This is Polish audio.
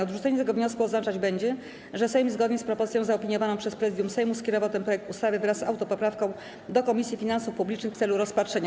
Odrzucenie tego wniosku oznaczać będzie, że Sejm zgodnie z propozycją zaopiniowaną przez Prezydium Sejmu skierował ten projekt ustawy wraz z autopoprawką do Komisji Finansów Publicznych w celu rozpatrzenia.